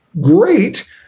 great